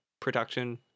production